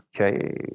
Okay